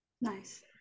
Nice